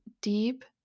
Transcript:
deep